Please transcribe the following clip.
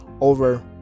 Over